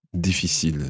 difficile